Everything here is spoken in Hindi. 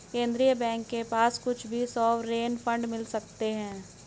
केन्द्रीय बैंक के पास भी कुछ सॉवरेन फंड मिल सकते हैं